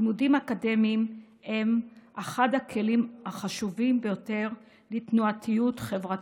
לימודים אקדמיים הם אחד הכלים החשובים ביותר לתנועתיות חברתית,